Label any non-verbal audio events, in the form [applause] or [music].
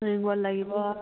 [unintelligible] লাগিব